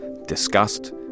Disgust